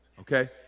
okay